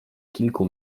kilku